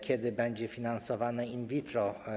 Kiedy będzie finansowane in vitro?